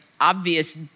obvious